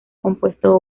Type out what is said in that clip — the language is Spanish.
compuesto